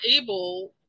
able